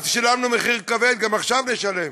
אז שילמנו מחיר כבד, גם עכשיו נשלם